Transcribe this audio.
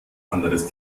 anderes